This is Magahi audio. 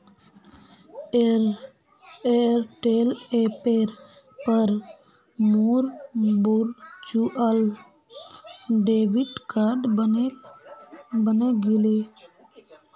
एयरटेल ऐपेर पर मोर वर्चुअल डेबिट कार्ड बने गेले